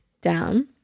down